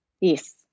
Yes